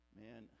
man